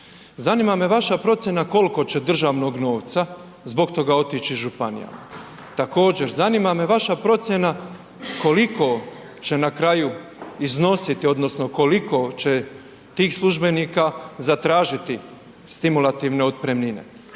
Zanima me vaša procjena koliko će državnog novca zbog toga otići županijama? Također, zanima me vaša procjena koliko će na kraju iznositi odnosno koliko će tih službenika zatražiti stimulativne otpremnine?